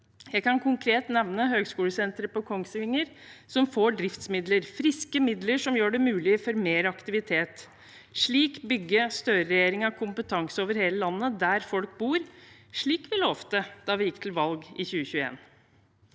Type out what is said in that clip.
Jeg kan konkret nevne Høgskolesenteret i Kongsvinger, som får driftsmidler – friske midler som gjør det mulig med mer aktivitet. Slik bygger Støreregjeringen kompetanse over hele landet der folk bor, slik vi lovte da vi gikk til valg i 2021.